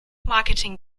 marketing